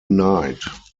night